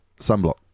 Sunblock